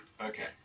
Okay